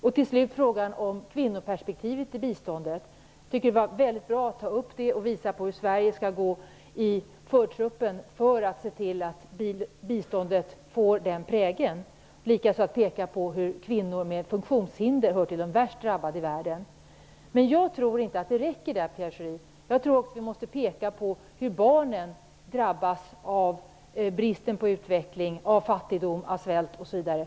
Vad till slut gäller frågan om kvinnoperspektivet i biståndet tycker jag att det var mycket bra att ta upp detta och visa på hur Sverige skall gå i förtruppen för att se till att biståndet präglas av detta perspektiv. Likaså bör vi peka på att kvinnor med funktionshinder hör till de värst drabbade i världen. Men jag tror inte att det räcker med detta, Pierre Schori. Vi måste också peka på hur barnen drabbas av bristen på utveckling, av fattigdom, av svält osv.